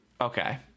Okay